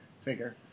figure